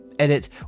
edit